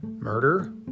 Murder